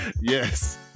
Yes